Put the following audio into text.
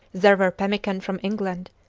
there were pemmican from england,